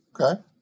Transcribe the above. Okay